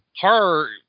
Horror